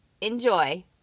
enjoy